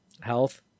health